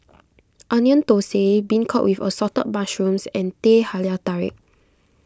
Onion Thosai Beancurd with Assorted Mushrooms and Teh Halia Tarik